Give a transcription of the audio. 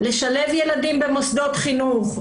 לשלב ילדים במוסדות חינוך,